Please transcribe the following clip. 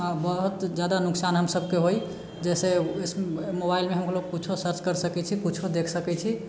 बहुत जादा नुकसान हम सभकेँ होइ जाहिसे मोबाइलमे हम लोग किछु सर्च कर सकैत छी किछु देखि सकैत छी